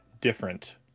different